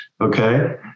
Okay